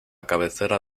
cabecera